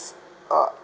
uh